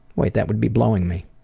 wait, that would be blowing me.